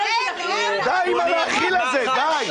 די עם ה "להכיל" הזה.